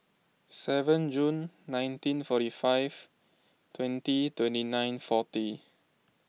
seven June nineteen forty five twenty twenty nine forty